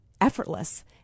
effortless